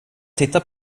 tittar